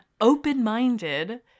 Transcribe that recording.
open-minded